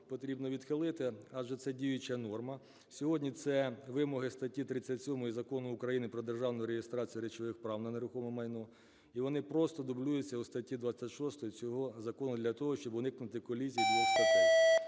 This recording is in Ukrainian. потрібно відхилити, адже це діюча норма, сьогодні це вимоги статті 37 Закону України "Про державну реєстрацію речових прав на нерухоме майно", і вони просто дублюються у статті 26 цього закону, для того щоб уникнути колізій двох статей.